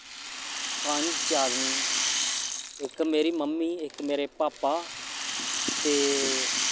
पंज आदमी इक मेरी मम्मी ते इक मेरे पापा ते